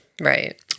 Right